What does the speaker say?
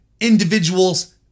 individuals